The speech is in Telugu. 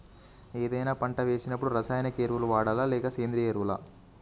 ఏదైనా పంట వేసినప్పుడు రసాయనిక ఎరువులు వాడాలా? లేక సేంద్రీయ ఎరవులా?